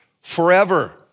forever